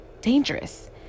dangerous